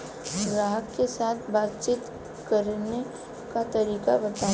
ग्राहक के साथ बातचीत करने का तरीका बताई?